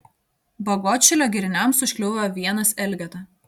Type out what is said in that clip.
bagotšilio giriniams užkliuvo vienas elgeta